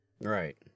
right